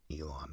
Elon